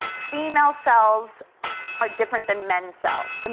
female cells are different then men cells, and